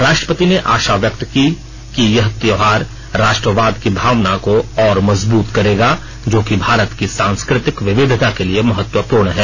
राष्ट्रपति ने आशा व्यक्त की कि यह त्योहार राष्ट्रवाद की भावना को और मजबूत करेगा जो कि भारत की सांस्कृतिक विविधता के लिए महत्वपूर्ण है